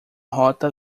rota